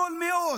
זול מאוד,